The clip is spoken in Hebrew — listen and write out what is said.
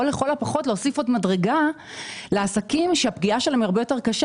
או לכל הפחות להוסיף עוד מדרגה לעסקים שהפגיעה בהם הרבה יותר קשה,